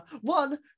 one